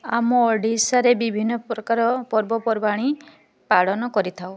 ଆମ ଓଡ଼ିଶାରେ ବିଭିନ୍ନ ପ୍ରକାର ପର୍ବପର୍ବାଣି ପାଳନ କରିଥାଉ